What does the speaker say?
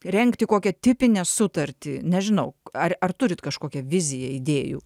rengti kokią tipinę sutartį nežinau ar ar turit kažkokią viziją idėjų